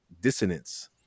dissonance